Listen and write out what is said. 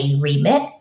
remit